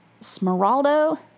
Smeraldo